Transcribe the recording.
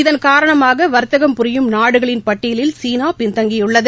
இதன் காரணமாகவர்த்தகம் புரியும் நாடுகளின் பட்டியலில் சீனாபின்தங்கியுள்ளது